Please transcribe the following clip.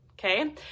okay